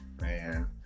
Man